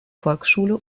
volksschule